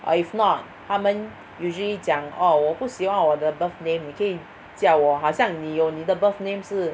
or if not 他们 usually 讲 orh 我不喜欢我的 birth name 你可以叫我好像你有你的 birth name 是